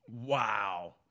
Wow